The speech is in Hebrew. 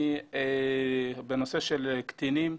בנושא של קטינים,